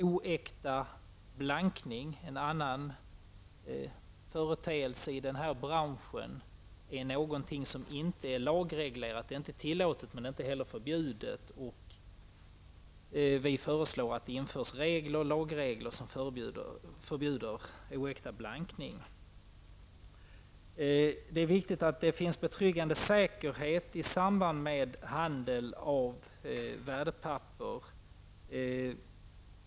Oäkta blankning, en annan företeelse i den här branschen är inte lagreglerad -- den är inte tillåten men inte heller förbjuden. Vi föreslår att det införs lagregler som förbjuder blankning. Det är viktigt att det finns betryggande säkerhet i samband med handel av värdepapper.